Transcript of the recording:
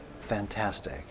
fantastic